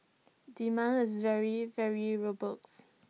demand is very very robust